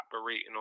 operating